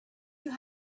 you